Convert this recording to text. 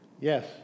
Yes